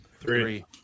Three